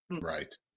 Right